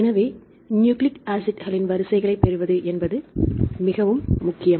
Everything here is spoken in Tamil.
எனவே நியூக்ளிக் ஆசிட்களின் வரிசைகளை பெறுவது என்பது மிகவும் முக்கியம்